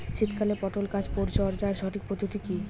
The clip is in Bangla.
শীতকালে পটল গাছ পরিচর্যার সঠিক পদ্ধতি কী?